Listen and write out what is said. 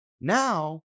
Now